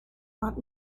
want